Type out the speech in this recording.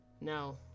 no